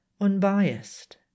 unbiased